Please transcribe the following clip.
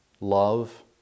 love